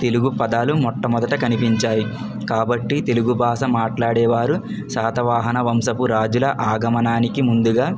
తెలుగు పదాలు మొట్టమొదట కనిపించాయి కాబట్టి తెలుగు భాష మాట్లాడేవారు శాతవాహన వంశపు రాజుల ఆగమనానికి ముందుగా